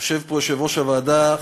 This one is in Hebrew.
יושב פה יושב-ראש הוועדה,